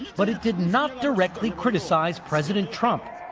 but it did not directly criticize president trump.